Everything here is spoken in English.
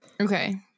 Okay